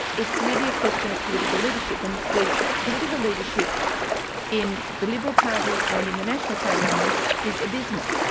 it's really a question of political leadership and the political leadership in the liberal party and in the national party on this, is abysmal.